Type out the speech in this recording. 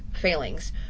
failings